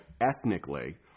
ethnically